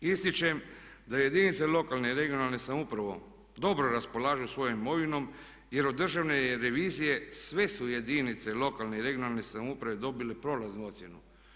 Ističem da jedinice lokalne i regionalne samouprave dobro raspolažu svojom imovinom, jer od Državne revizije sve su jedinice lokalne i regionalne samouprave dobile prolaznu ocjenu.